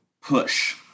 push